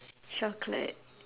chocolate